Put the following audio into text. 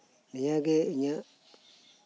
ᱱᱤᱭᱟᱹ ᱜᱮ ᱤᱧᱟᱹᱜ